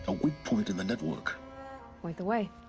a weak point in the network point the way!